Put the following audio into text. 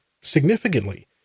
significantly